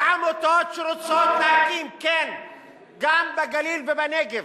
ועמותות שרוצות להקים גם בגליל ובנגב,